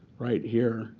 right here.